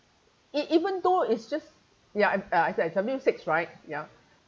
e~ even though it's just ya and uh it's at avenue six right ya